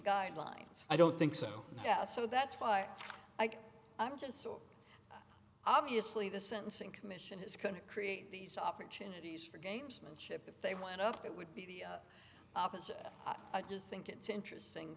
guidelines i don't think so so that's why i'm just sort obviously the sentencing commission has kind of create these opportunities for gamesmanship if they went up it would be the opposite i just think it's interesting